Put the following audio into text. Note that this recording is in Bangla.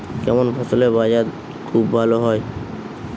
কেমন ফসলের বাজার খুব ভালো হয়?